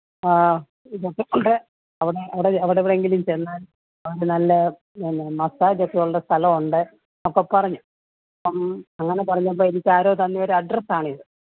അവിടെ അവിടെ അവിടെ എവിടെയെങ്കിലും ചെന്നാൽ നല്ല എന്നാ മസാജ് ഒക്കെ ഉള്ള സ്ഥലം ഉണ്ട് ഒക്കെ പറഞ്ഞു അപ്പം അങ്ങനെ പറഞ്ഞപ്പം എനിക്ക് ആരോ തന്ന ഒരു അഡ്രസ്സ് ആണിത്